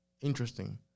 Interesting